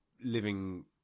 living